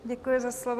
Děkuji za slovo.